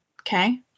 Okay